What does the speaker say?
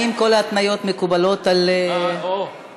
האם כל ההתניות מקובלות על המציעים?